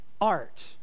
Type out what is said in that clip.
art